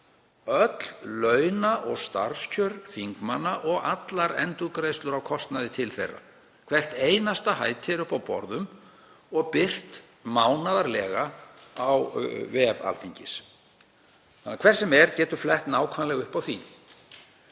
öll launa- og starfskjör þingmanna og allar endurgreiðslur á kostnaði til þeirra. Hvert einasta æti er uppi á borðum og birt mánaðarlega á vef Alþingis. Hver sem er getur flett nákvæmlega upp á því.